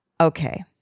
Okay